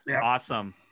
Awesome